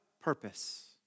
purpose